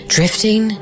Drifting